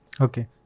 okay